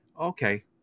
Okay